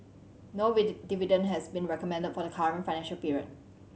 no dividend has been recommended for the current financial period